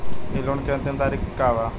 इ लोन के अन्तिम तारीख का बा?